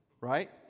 right